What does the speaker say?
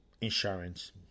insurance